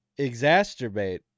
exacerbate